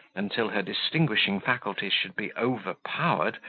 until her distinguishing faculties should be overpowered,